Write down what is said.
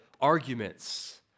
arguments